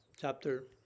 Chapter